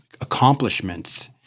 accomplishments